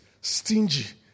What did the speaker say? stingy